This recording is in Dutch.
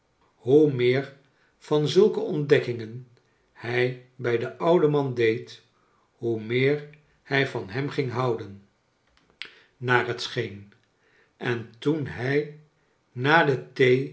hoe meer van zulke ontdekkingen hij bij den ouden man deed hoe meer hij van hem ging houden naar kleine doeeit het scheen en toen hij na do